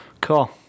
Cool